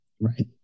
Right